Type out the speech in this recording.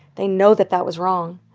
they know that that was wrong.